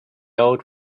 old